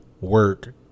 work